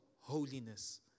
holiness